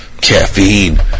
Caffeine